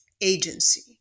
agency